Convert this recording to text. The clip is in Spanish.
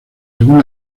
según